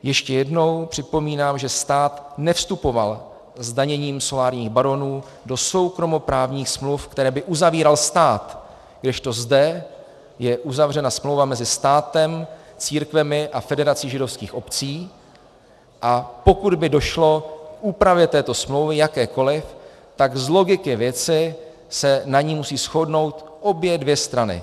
Ještě jednou připomínám, že stát nevstupoval zdaněním solárních baronů do soukromoprávních smluv, které by uzavíral stát, kdežto zde je uzavřena smlouva mezi státem, církvemi a Federací židovských obcí, a pokud by došlo k úpravě této smlouvy, jakékoliv, tak z logiky věci se na ní musí shodnout obě dvě strany.